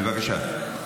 בבקשה.